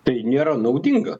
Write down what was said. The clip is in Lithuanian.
tai nėra naudinga